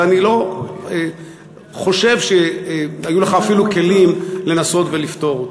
ואני לא חושב שהיו לך אפילו כלים לנסות ולפתור אותה.